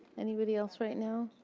anybody else right now?